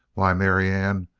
why, marianne,